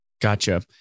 Gotcha